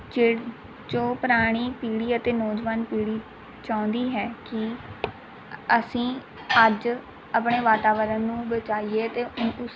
ਜੋ ਪੁਰਾਣੀ ਪੀੜ੍ਹੀ ਅਤੇ ਨੌਜਵਾਨ ਪੀੜ੍ਹੀ ਚਾਹੁੰਦੀ ਹੈ ਕਿ ਅਸੀਂ ਅੱਜ ਆਪਣੇ ਵਾਤਾਵਰਨ ਨੂੰ ਬਚਾਈਏ ਅਤੇ ਉਸ